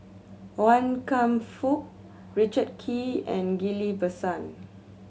Wan Kam Fook Richard Kee and Ghillie Basan